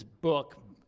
book